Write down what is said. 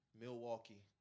Milwaukee